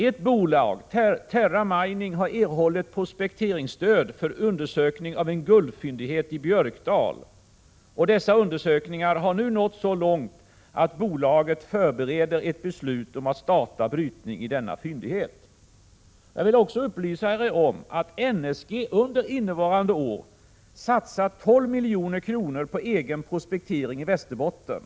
Ett bolag, Terra Mining, har erhållit prospekteringsstöd för undersökning av en guldfyndighet i Björkdal. Dessa undersökningar har nu nått så långt att bolaget förbereder ett beslut om att starta brytning i denna fyndighet. Jag vill också upplysa om att NSG under innevarande år har satsat 12 milj.kr. på egen prospektering i Västerbotten.